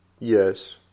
Yes